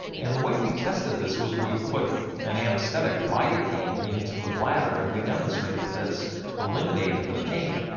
and the way we tested this was we put an anaesthetic, lidocaine, into the bladder and we demonstrated that this eliminated the pain.